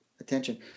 attention